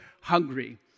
hungry